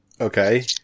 okay